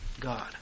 God